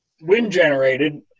wind-generated